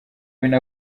bine